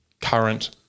current